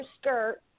skirt